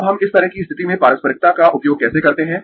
अब हम इस तरह की स्थिति में पारस्परिकता का उपयोग कैसे करते है